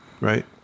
right